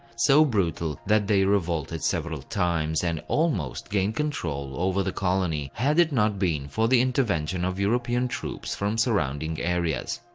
so brutal that they revolted several times, and almost gained control over the colony, had it not been for the intervention of european troops from surrounding areas.